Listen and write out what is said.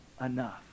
enough